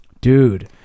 Dude